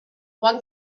one